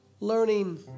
learning